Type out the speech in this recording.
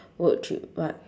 would t~ what